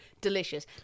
delicious